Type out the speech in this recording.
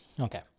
Okay